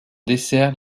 dessert